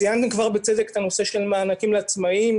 ציינתם כבר, בצדק, את הנושא של מענקים לעצמאיים,